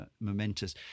momentous